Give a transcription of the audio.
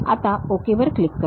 आता ओके वर क्लिक करा